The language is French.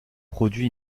produit